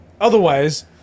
Otherwise